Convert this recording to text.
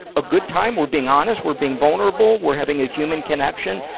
a good time, we're being honest, we're being vulnerable, we're having a human connection.